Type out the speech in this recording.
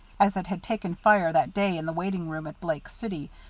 as it had taken fire that day in the waiting-room at blake city,